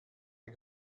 der